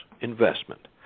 investment